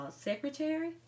secretary